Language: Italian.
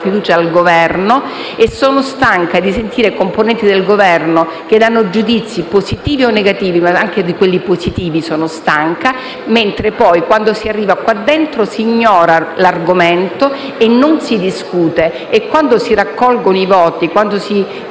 fiducia al Governo e sono stanca di sentire componenti del Governo che danno giudizi, positivi o negativi (anche di quelli positivi sono stanca), mentre poi, quando si arriva qua dentro, si ignora l'argomento e non si discute. E quando si raccolgono i voti e si